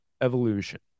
evolution